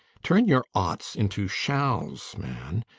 turn your oughts into shalls, man.